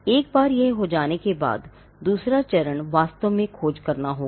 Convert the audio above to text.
एक बार यह हो जाने के बाद दूसरा चरण वास्तव में खोज करना होगा